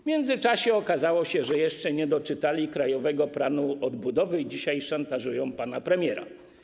W międzyczasie okazało się, że jeszcze nie doczytali Krajowego Planu Odbudowy i dzisiaj szantażują pana premiera.